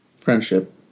Friendship